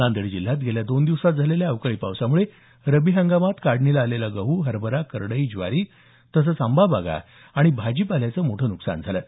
नांदेड जिल्ह्यात मागील दोन दिवसात झालेल्या अवकाळी पावसाम्ळे रब्बी हंगामातील काढणीस आलेला गहू हरभरा करडई ज्वारी आंबा बागा तसंच भाजीपाल्याचं मोठं न्कसान झालं आहे